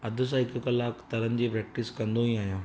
अधि सां हिकु कलाकु तरण जी प्रैक्टिस कंदो ई आहियां